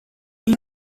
این